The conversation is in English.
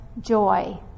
joy